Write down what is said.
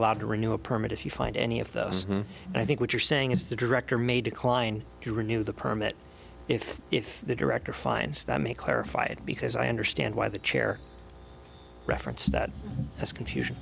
allowed to renew a permit if you find any of those i think what you're saying is the director may decline to renew the permit if if the director finds that may clarify it because i understand why the chair reference that as confusion